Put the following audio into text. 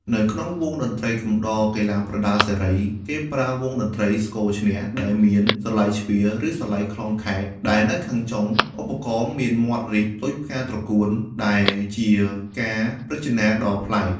នៅក្នុងវង់តន្ត្រីកំដរកីឡាប្រដាល់សេរី គេប្រើវង់តន្ត្រីស្គរឈ្នះដែលមានស្រឡៃជ្វា ឬស្រឡៃក្លងខែក ដែលនៅខាងចុងឧបករណ៍មានមាត់រីកដូចផ្កាត្រកួន ដែលជាការរចនាដ៏ប្លែក។